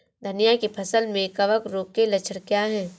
धनिया की फसल में कवक रोग के लक्षण क्या है?